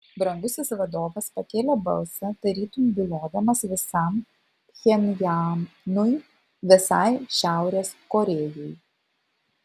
brangusis vadovas pakėlė balsą tarytum bylodamas visam pchenjanui visai šiaurės korėjai